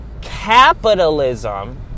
capitalism